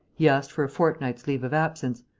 he asked for a fortnight's leave of absence,